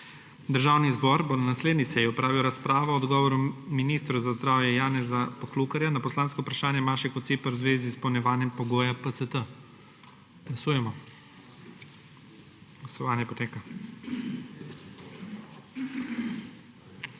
Državni zbor bo na naslednji seji opravil razpravo o odgovoru ministra za zdravje Janeza Poklukarja na poslansko vprašanje Maše Kociper v zvezi z izpolnjevanjem pogoja PCT. Glasujemo. Navzočih